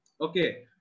okay